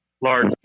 large